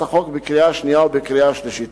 החוק בקריאה השנייה ובקריאה השלישית.